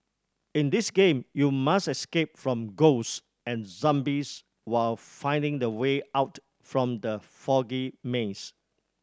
in this game you must escape from ghost and zombies while finding the way out from the foggy maze